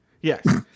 yes